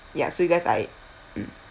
ya so you guys like mm